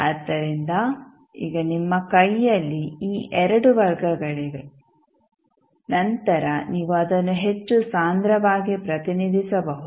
ಆದ್ದರಿಂದ ಈಗ ನಿಮ್ಮ ಕೈಯಲ್ಲಿ ಈ 2 ವರ್ಗಗಳಿವೆ ನಂತರ ನೀವು ಅದನ್ನು ಹೆಚ್ಚು ಸಾಂದ್ರವಾಗಿ ಪ್ರತಿನಿಧಿಸಬಹುದು